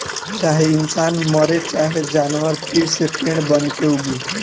चाहे इंसान मरे चाहे जानवर फिर से पेड़ बनके उगी